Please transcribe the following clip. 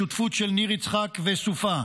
שותפות של ניר יצחק וסופה,